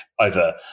over